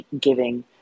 giving